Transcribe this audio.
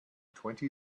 twenty